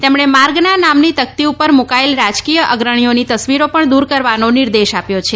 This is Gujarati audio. તેમણે માર્ગના નામની તકતી ઉપર મુકાયેલ રાજકીય અગ્રણીઓની તસ્વીરો પણ દ્વર કરવાનો નિર્દેશ આપ્યો છે